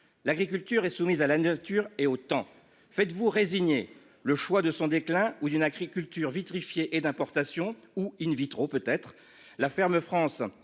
L'agriculture est soumise à la nature et en fait vous résigner le choix de son déclin ou d'une agriculture vitrifié et d'importation ou in vitro peut être la ferme France a